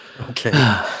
okay